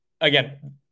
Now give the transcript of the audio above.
again